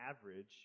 average